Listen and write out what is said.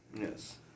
Yes